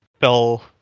fell